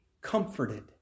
comforted